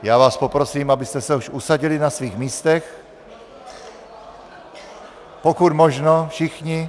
Já vás poprosím, abyste se už usadili na svých místech, pokud možno všichni.